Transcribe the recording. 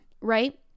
right